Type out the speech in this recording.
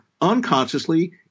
unconsciously